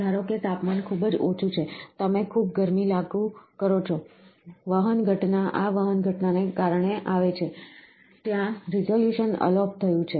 ધારો કે તાપમાન ખૂબ ઓછું છે તમે ખૂબ ગરમી લાગુ કરો છો વહન ઘટના આ વહન ઘટનાને કારણે આવે છે ત્યાં છે રિઝોલ્યુશન અલોપ થયું છે